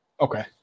Okay